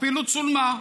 הפעילות צולמה.